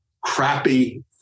crappy